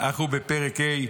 אנחנו בפרק ה',